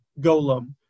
golem